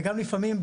וגם לפעמים,